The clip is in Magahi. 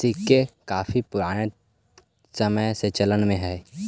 सिक्के काफी पूराने समय से चलन में हई